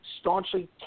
staunchly